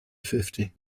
fifty